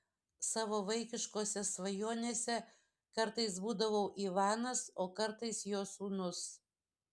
savo vaikiškose svajonėse kartais būdavau ivanas o kartais jo sūnus